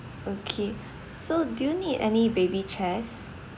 okay so do you need any baby chairs